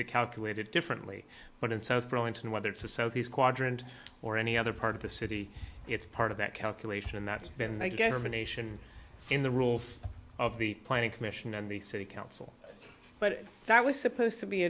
to calculate it differently but in south burlington whether it's the southeast quadrant or any other part of the city it's part of that calculation and that's been i guess i'm a nation in the rules of the planning commission and the city council but that was supposed to be